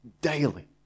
daily